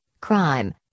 crime